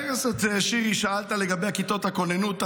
חבר הכנסת שירי, שאלת לגבי כיתות הכוננות.